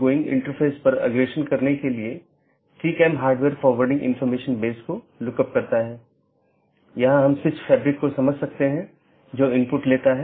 बाहरी gateway protocol जो एक पाथ वेक्टर प्रोटोकॉल का पालन करते हैं और ऑटॉनमस सिस्टमों के बीच में सूचनाओं के आदान प्रदान की अनुमति देता है